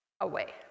away